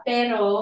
Pero